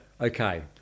Okay